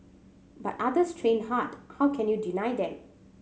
but others train hard how can you deny them